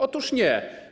Otóż nie.